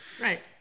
Right